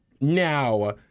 Now